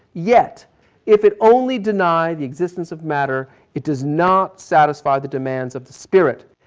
yet if it only deny the existence of matter, it does not satisfy the demands of the spirit.